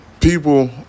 people